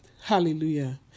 Hallelujah